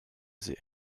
sie